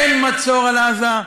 אין מצור על עזה,